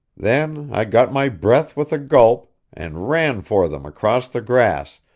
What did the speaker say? then i got my breath with a gulp, and ran for them across the grass,